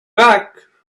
back